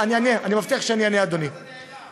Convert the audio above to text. למה זה לא הופיע בהצעת החוק?